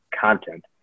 content